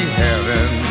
heaven